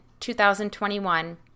2021